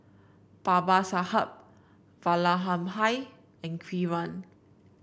Babasaheb Vallabhbhai and Kiran